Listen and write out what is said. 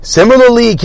Similarly